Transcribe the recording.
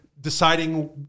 deciding